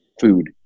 food